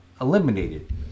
eliminated